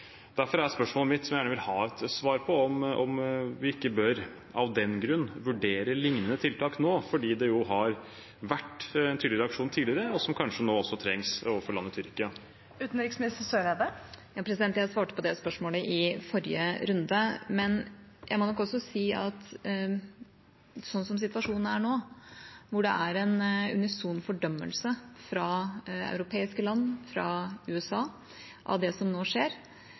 Derfor er spørsmålet mitt, som jeg gjerne vil ha et svar på, om vi ikke av den grunn bør vurdere lignende tiltak nå – fordi det har vært tydelige reaksjoner tidligere, noe som kanskje nå trengs overfor landet Tyrkia. Jeg svarte på det spørsmålet i forrige runde. Men jeg må nok også si at slik som situasjonen er nå, hvor det er en unison fordømmelse fra europeiske land og fra USA av det som nå skjer,